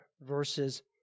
verses